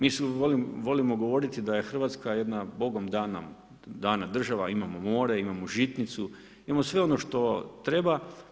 Mi volimo govoriti da je Hrvatska jedna bogom dana država, imamo more, imamo žitnicu, imamo sve ono što treba.